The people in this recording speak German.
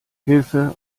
hilfe